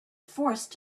forced